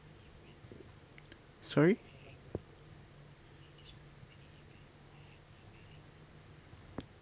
sorry